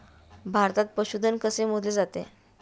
भारतात पशुधन कसे मोजले जाते?